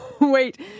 wait